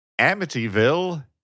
Amityville